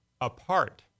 apart